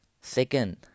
Second